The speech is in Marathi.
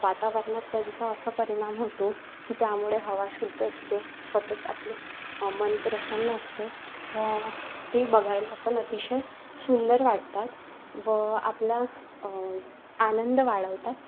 वातावरणात त्यांचा असा परिणाम होतो की त्यामुळे हवा शुद्ध असते सतत आपले मन प्रसन्न असते व ते बघायला पण अतिशय सुंदर वाटतात व आपला आनंद वाढवतात